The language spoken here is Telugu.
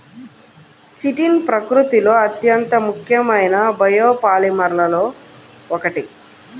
చిటిన్ ప్రకృతిలో అత్యంత ముఖ్యమైన బయోపాలిమర్లలో ఒకటి